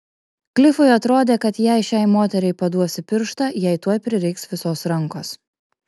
klifui atrodė kad jei šiai moteriai paduosi pirštą jai tuoj prireiks visos rankos